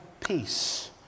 peace